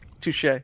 Touche